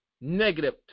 negative